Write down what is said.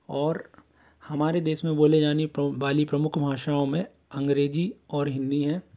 और हमारे देश में बोले जानी वाली प्रमुख भाषाओं में अंग्रेजी और हिंदी हैं